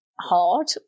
hard